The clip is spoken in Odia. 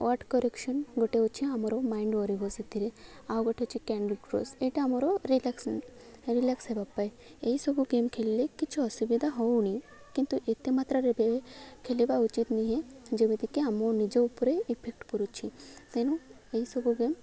ୱାର୍ଡ଼ କରେକ୍ସନ୍ ଗୋଟେ ଅଛି ଆମର ମାଇଣ୍ଡ ସେଥିରେ ଆଉ ଗୋଟେ ଅଛି କ୍ୟାଣ୍ଡି କ୍ରସ୍ ଏଇଟା ଆମର ରିଲାକ୍ସିଙ୍ଗ୍ ରିଲାକ୍ସ ହେବା ପାଇଁ ଏହିସବୁ ଗେମ୍ ଖେଲିଲେ କିଛି ଅସୁବିଧା ହେଉନି କିନ୍ତୁ ଏତେ ମାତ୍ରାରେ ଖେଲିବା ଉଚିତ୍ ନିହେଁ ଯେମିତିକି ଆମ ନିଜ ଉପରେ ଇଫେକ୍ଟ କରୁଛି ତେନୁ ଏହିସବୁ ଗେମ୍